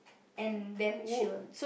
and then she will